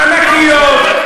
ענקיות,